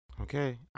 Okay